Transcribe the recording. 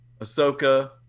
Ahsoka